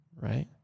right